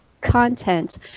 content